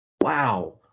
Wow